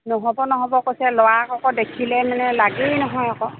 নহ'ব নহ'ব কৈছে ল'ৰাক আকৌ দেখিলে মানে লাগেই নহয় আকৌ